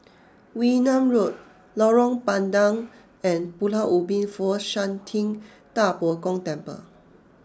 Wee Nam Road Lorong Bandang and Pulau Ubin Fo Shan Ting Da Bo Gong Temple